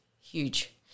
huge